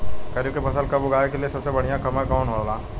खरीफ की फसल कब उगाई के लिए सबसे बढ़ियां समय कौन हो खेला?